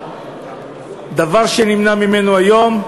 דבר שנמנע ממנו היום.